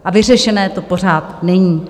A vyřešené to pořád není.